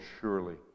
surely